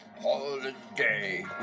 holiday